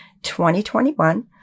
2021